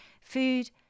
food